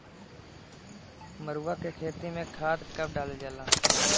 मरुआ के खेती में खाद कब डालल जाला?